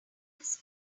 this